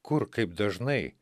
kur kaip dažnai